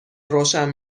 روشن